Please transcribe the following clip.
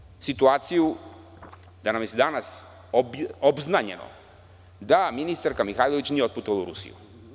Ovde imamo situaciju da nam je za danas obznanjeno da ministarka Mihajlović nije otputovala u Rusiju.